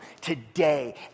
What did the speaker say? today